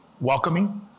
welcoming